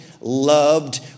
loved